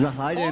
Zahvaljujem.